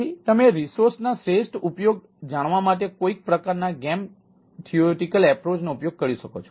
તેથી તમે રિસોર્સના શ્રેષ્ઠ ઉપયોગો જાણવા માટે કોઈક પ્રકારના ગેમ થિયોરેટિક એપ્રોચ નો ઉપયોગ કરી શકો છો